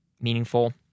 meaningful